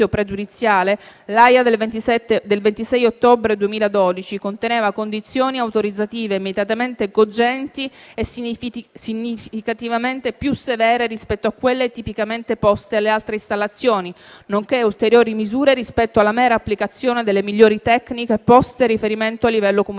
l'AIA del 26 ottobre 2012 conteneva condizioni autorizzative immediatamente cogenti e significativamente più severe rispetto a quelle tipicamente poste alle altre installazioni, nonché ulteriori misure rispetto alla mera applicazione delle migliori tecniche poste a riferimento a livello comunitario,